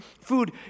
food